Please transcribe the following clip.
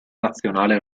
nazionale